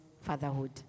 fatherhood